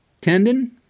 tendon